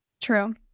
True